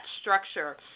structure